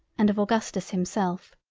and of augustus himself.